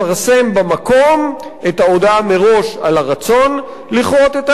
במקום את ההודעה מראש על הרצון לכרות את העץ,